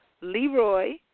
LeRoy